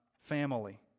family